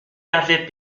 avaient